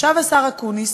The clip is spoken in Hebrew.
ישב השר אקוניס